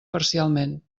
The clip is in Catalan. parcialment